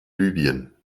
libyen